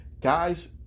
guys